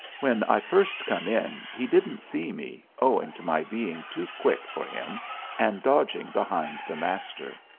when i first come in he didn't see me, owing to my being too quick for him and dodging behind the master.